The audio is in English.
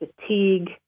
fatigue